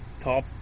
top